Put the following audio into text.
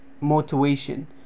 motivation